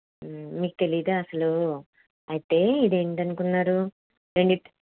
మీకు తెలియదా అసలు అయితే ఇది ఏంటి అనుకున్నారు రెండింట్